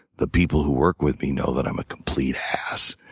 the people who work with me know that i'm a complete ass.